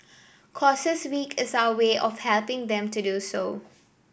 causes Week is our way of helping them to do so